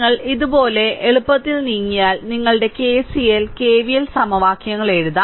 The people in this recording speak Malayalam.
നിങ്ങൾ ഇതുപോലെ എളുപ്പത്തിൽ നീങ്ങിയാൽ നിങ്ങളുടെ KCL KVL സമവാക്യങ്ങൾ എഴുതാം